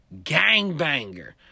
Gangbanger